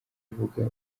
uvuga